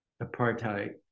apartheid